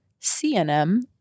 CNM